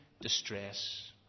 distress